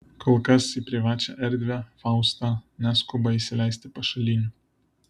kol kas į privačią erdvę fausta neskuba įsileisti pašalinių